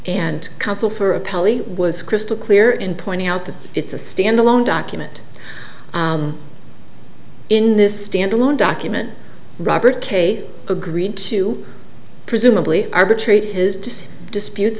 and council for a poly was crystal clear in pointing out that it's a standalone document in this stand alone document robert k agreed to presumably arbitrate his disputes